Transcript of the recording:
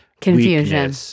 confusion